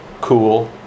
cool